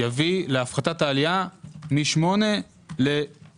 יביא להפחתת העלייה מ-8% ל-6%.